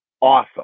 awesome